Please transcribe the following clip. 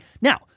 Now